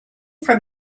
from